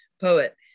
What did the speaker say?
poet